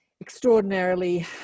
extraordinarily